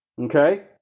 Okay